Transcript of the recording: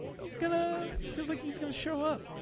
he's going to feel like he's going to show up.